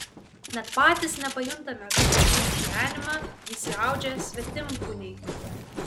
net patys nepajuntame kaip į mūsų gyvenimą įsiaudžia svetimkūniai